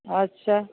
अच्छा